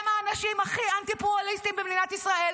הם האנשים הכי אנטי-פלורליסטיים במדינת ישראל,